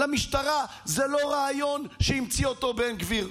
למשטרה זה לא רעיון שהמציא אותו בן גביר.